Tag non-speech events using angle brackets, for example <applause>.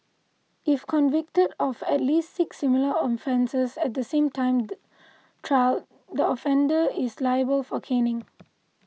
if convicted of at least six similar offences at the same time <unintelligible> trial the offender is liable for caning